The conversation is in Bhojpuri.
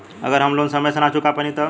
अगर हम लोन समय से ना चुका पैनी तब?